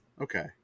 okay